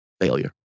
failure